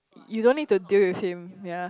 you don't need to deal with him yea